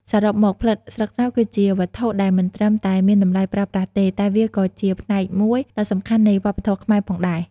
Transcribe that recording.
សរុបមក ផ្លិតស្លឹកត្នោតគឺជាវត្ថុដែលមិនត្រឹមតែមានតម្លៃប្រើប្រាស់ទេ តែវាក៏ជាផ្នែកមួយដ៏សំខាន់នៃវប្បធម៌ខ្មែរផងដែរ។